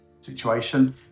situation